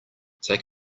take